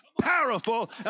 powerful